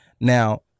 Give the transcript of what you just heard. Now